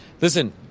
Listen